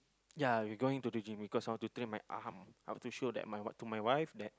ya we going to the gym because I want to train my arm I want to show that my wife to my wife that